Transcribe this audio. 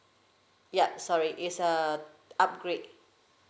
yup sorry is uh upgrade